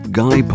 guy